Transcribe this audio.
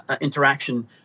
interaction